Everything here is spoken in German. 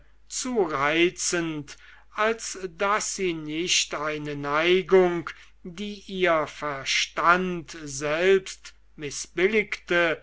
zu reizend als daß sie nicht eine neigung die ihr verstand selbst mißbilligte